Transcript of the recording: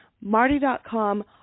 Marty.com